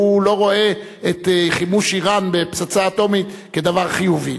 שהוא לא רואה את חימוש אירן בפצצה אטומית כדבר חיובי.